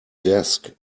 desk